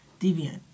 Deviant